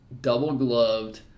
double-gloved